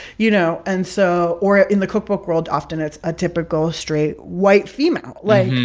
you know. and so or in the cookbook world, often it's a typical straight, white female. like,